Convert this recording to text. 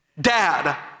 dad